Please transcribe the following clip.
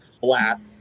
flat